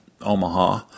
Omaha